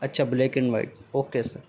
اچھا black and white okay sir